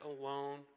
alone